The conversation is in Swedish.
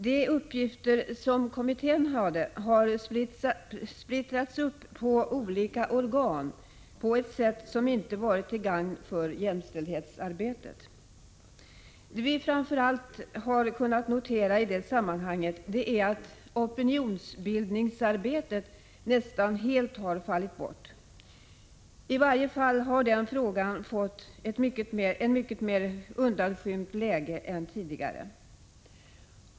De uppgifter som kommittén hade har splittrats upp på olika organ på ett sätt som inte varit till gagn för jämställdhetsarbetet. Det vi framför allt har kunnat notera i det sammanhanget är att opinionsbildningsarbetet nästan helt har fallit bort. I varje fall har den frågan fått ett mycket mer undanskymt läge än tidigare.